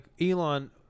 Elon